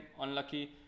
unlucky